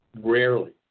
rarely